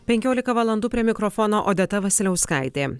penkiolika valandų prie mikrofono odeta vasiliauskaitė